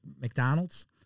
McDonald's